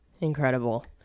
Incredible